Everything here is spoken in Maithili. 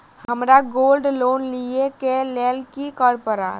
हमरा गोल्ड लोन लिय केँ लेल की करऽ पड़त?